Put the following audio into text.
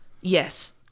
Yes